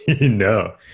no